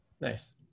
Nice